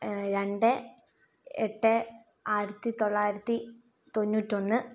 രണ്ട് എട്ട് ആയിരത്തി തൊള്ളായിരത്തി തൊണ്ണൂറ്റൊന്ന്